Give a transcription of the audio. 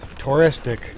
touristic